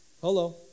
Hello